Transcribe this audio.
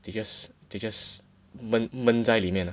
they just they just 焖闷在里面 ah